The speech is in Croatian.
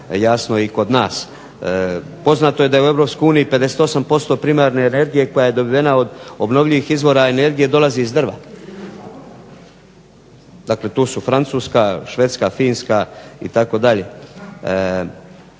jasno i kod nas. Poznato je da u EU 58% primarne energije koja je dobivena od obnovljivih izvora energije dolazi iz drva. Dakle, tu su Francuska, Švedska, Finska itd.